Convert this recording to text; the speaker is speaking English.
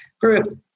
group